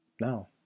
No